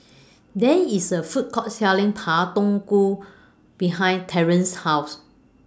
There IS A Food Court Selling Pak Thong Ko behind Terence's House